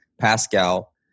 Pascal